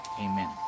Amen